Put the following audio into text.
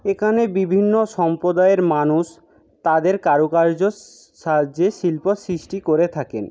একানে বিভিন্ন সম্পদায়ের মানুষ তাদের কারুকার্যর সাহায্যে শিল্প সৃষ্টি করে থাকেন